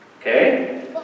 Okay